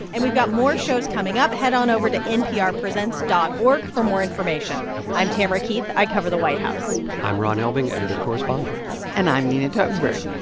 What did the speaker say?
and we've got more shows coming up. head on over to nprpresents dot org for more information i'm tamara keith. i cover the white house i'm ron elving, editor, correspondent and i'm nina totenberg,